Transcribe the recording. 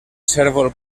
cérvol